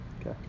Okay